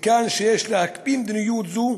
מכאן שיש להקפיא מדיניות זו